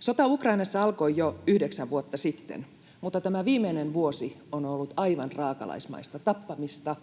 Sota Ukrainassa alkoi jo yhdeksän vuotta sitten, mutta tämä viimeinen vuosi on ollut aivan raakalaismaista tappamista,